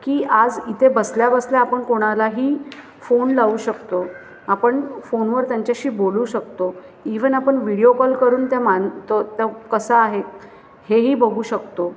की आज इथे बसल्या बसल्या आपण कोणालाही फोन लावू शकतो आपण फोनवर त्यांच्याशी बोलू शकतो इवन आपण व्हिडिओ कॉल करून त्या मान तो कसा आहे हे ही बघू शकतो